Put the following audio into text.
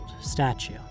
statue